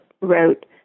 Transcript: wrote